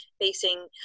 facing